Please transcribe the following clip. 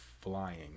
flying